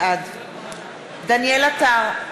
בעד דניאל עטר,